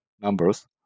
numbers